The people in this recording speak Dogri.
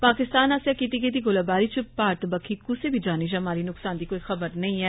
पाकिस्तान आस्सेया कीती गेदी गोलावारी च भारत बक्खी क्सै बी जानी या माली न्कसान दी कोई खबर नेंई ऐ